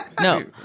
no